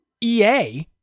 EA